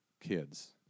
kids